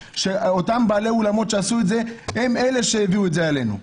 אותם בעלי אולמות שעשו את זה הם אלה שהביאו את זה עלינו.